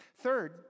Third